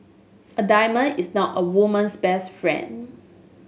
a diamond is not a woman's best friend